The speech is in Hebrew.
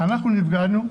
ואנחנו נפגענו'.